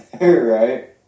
right